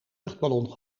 luchtballon